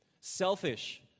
selfish